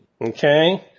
Okay